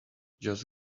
just